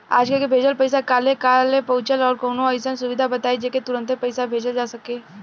आज के भेजल पैसा कालहे काहे पहुचेला और कौनों अइसन सुविधा बताई जेसे तुरंते पैसा भेजल जा सके?